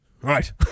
right